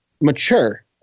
mature